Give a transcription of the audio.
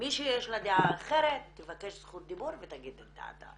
מי שיש לה דעה אחרת תבקש זכות דיבור ותגיד את דעתה.